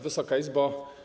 Wysoka Izbo!